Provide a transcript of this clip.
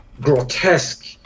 grotesque